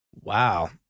Wow